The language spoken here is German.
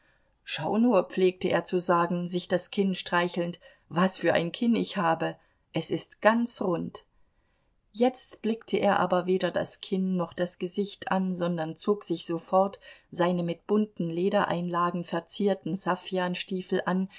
schau nur pflegte er zu sagen sich das kinn streichelnd was für ein kinn ich habe es ist ganz rund jetzt blickte er aber weder das kinn noch das gesicht an sondern zog sich sofort seine mit bunten ledereinlagen verzierten saffianstiefel an